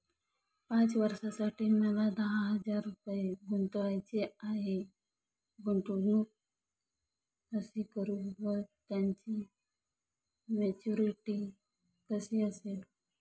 पाच वर्षांसाठी मला दहा हजार रुपये गुंतवायचे आहेत, गुंतवणूक कशी करु व त्याची मॅच्युरिटी कशी असेल?